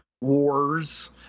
wars